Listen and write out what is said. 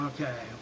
Okay